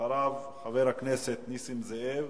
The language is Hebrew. אחריו, חבר הכנסת נסים זאב,